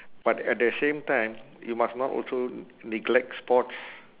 but at the same time you must not also neglect sports